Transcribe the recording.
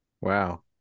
Wow